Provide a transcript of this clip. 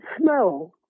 smell